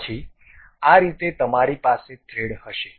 પછી આ રીતે તમારી પાસે થ્રેડ હશે